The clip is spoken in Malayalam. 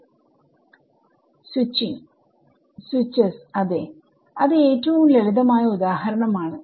വിദ്യാർത്ഥി സ്വിച്ചിങ് സ്വിച്ചസ് അതെ അത് ഏറ്റവും ലളിതമായ ഉദാഹരണം ആണ്